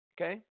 okay